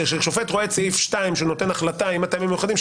כאשר שופט רואה את סעיף 2 שנותן החלטה עם הטעמים המיוחדים,